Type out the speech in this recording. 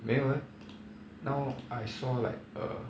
没有 leh now I saw like err